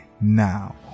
now